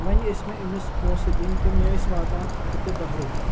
وۄنۍ ٲسۍ مےٚ أمِس پونٛسہٕ دِنۍ تہِ مےٚ ٲسۍ واتان اَکھ ہَتھ تہِ دَہ رۄپیہِ